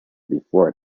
before